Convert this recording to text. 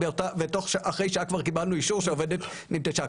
ואחרי שעה קיבלנו אישור שהעובדת נטשה.